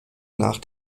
nach